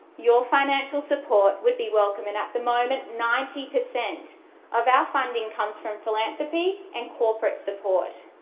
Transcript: your financial support would be welcome and at the moment ninety percent of our funding comes from philanthropy and corporate support.